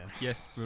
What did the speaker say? yes